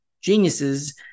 geniuses